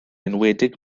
enwedig